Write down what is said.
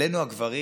עלינו הגברים